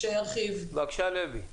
בבקשה לוי.